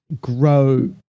grow